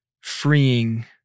freeing